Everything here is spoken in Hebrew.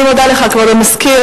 אני מודה לך, כבוד המזכיר.